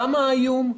שם האיום,